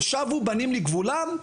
של שבו בנים לגבולם.